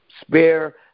spare